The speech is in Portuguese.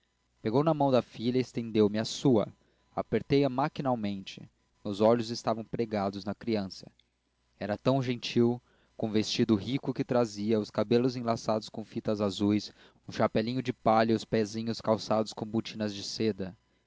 pegou na mão da filha e estendeu-me a sua apertei-a maquinalmente meus olhos estavam pregados na criança era tão gentil com o vestido rico que trazia os cabelos enlaçados com fitas azuis um chapelinho de palha e os pezinhos calçados com botinas de seda